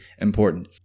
important